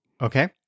Okay